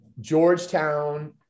Georgetown